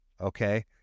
Okay